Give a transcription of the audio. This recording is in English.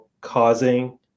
causing